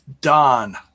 Don